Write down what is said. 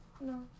No